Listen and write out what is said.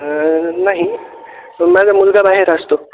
नाही तो माझा मुलगा बाहेर असतो